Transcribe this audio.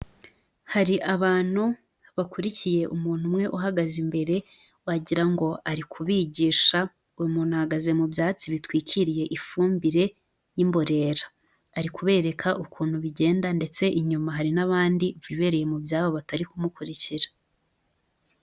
Hari abantu bakurikiye umuntu umwe uhagaze imbere wagira ngo ari kubigisha, uwo muntu ahagaze mu byatsi bitwikiriye ifumbire y'imborera, ari kubereka ukuntu bigenda ndetse inyuma hari n'abandi bibereye mu byabo batari kumukurikira.